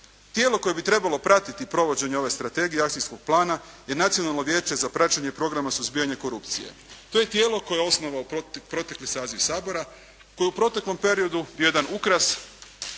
Tijelo koje bi trebalo pratiti provođenje ove strategije i akcijskog plana je Nacionalno vijeće za praćenje programa suzbijanja korupcije. To je tijelo koje je osnovao protekli saziv Sabora koji je u proteklom periodu bio jedan ukras,